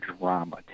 drama